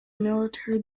military